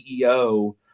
CEO